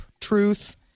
truth